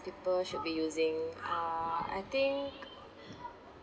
people should be using uh I think